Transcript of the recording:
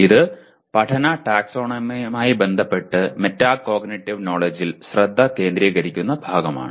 ഇത് പഠന ടാക്സോണമിയുമായി ബന്ധപ്പെട്ട് മെറ്റാകോഗ്നിറ്റീവ് നോലെഡ്ജിൽ ശ്രദ്ധ കേന്ദ്രീകരിക്കുന്ന ഭാഗമാണ്